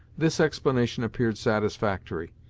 this explanation appeared satisfactory,